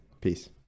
Peace